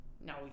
No